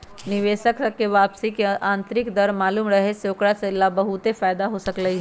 निवेशक स के वापसी के आंतरिक दर मालूम रहे से ओकरा स ला बहुते फाएदा हो सकलई ह